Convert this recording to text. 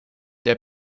der